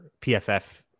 pff